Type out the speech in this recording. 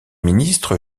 ministre